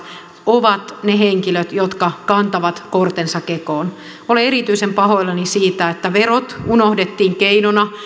ovat ne henkilöt jotka kantavat kortensa kekoon olen erityisen pahoillani siitä että verot unohdettiin keinona